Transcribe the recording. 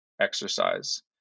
exercise